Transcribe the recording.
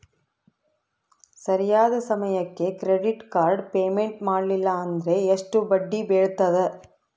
ಸರಿಯಾದ ಸಮಯಕ್ಕೆ credit card payment ಮಾಡಲಿಲ್ಲ ಅಂದ್ರೆ ಎಷ್ಟು ಬಡ್ಡಿ ಬೇಳ್ತದ?